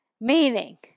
Meaning